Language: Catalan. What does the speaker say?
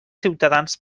ciutadans